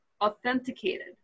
authenticated